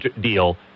deal